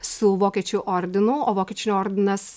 su vokiečių ordinu o vokiečių ordinas